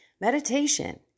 meditation